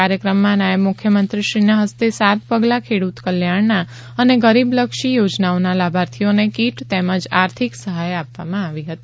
કાર્યક્રમમાં નાયબ મુખ્યમંત્રીશ્રીના હસ્તે સાત પગલાં ખેડૂત કલ્યાણના અને ગરીબ લક્ષી યોજનાઓના લાભાર્થીઓને કીટ તેમજ આર્થિક સહાય આપવામાં આવી હતી